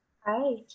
Hi